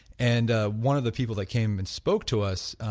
and ah one of the people that came and speak to us